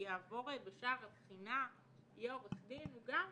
שיעבור בשער הבחינה יהיה עורך דין, לא נכון.